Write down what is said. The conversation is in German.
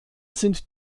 sind